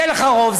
יהיה לך רוב,